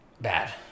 bad